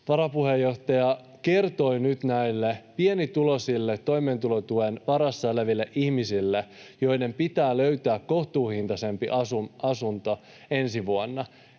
varapuheenjohtaja kertoi nyt näille pienituloisille toimeentulotuen varassa eläville ihmisille, joiden pitää löytää kohtuuhintaisempi asunto ensi vuonna,